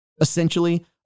essentially